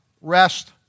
rest